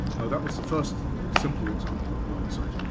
now that was the first simple example of blindsight.